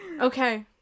okay